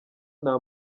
nta